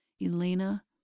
Elena